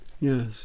Yes